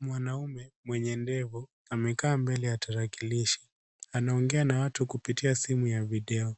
Mwanaume mwenye ndevu amekaa mbele ya tarakilishi, anaongea na watu kupitia simu ya video